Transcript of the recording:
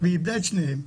והיא איבדה את שניהם.